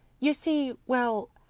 you see well,